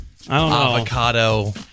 avocado